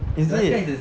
is it